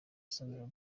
sandra